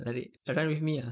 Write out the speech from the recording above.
lari jaga with me ah